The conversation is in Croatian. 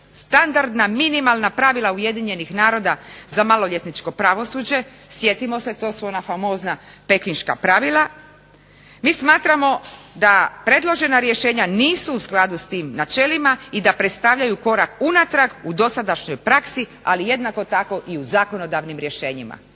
standardna minimalna pravila UN za maloljetničko pravosuđe. Sjetimo se to su ona famozna Pekinška pravila. Mi smatramo da predložena rješenja nisu u skladu s tim načelima i da predstavljaju korak unatrag u dosadašnjoj praksi ali jednako tako u zakonodavnim rješenjima.